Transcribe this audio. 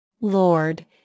lord